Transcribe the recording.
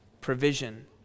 provision